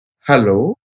hello